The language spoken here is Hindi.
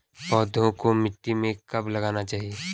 पौधों को मिट्टी में कब लगाना चाहिए?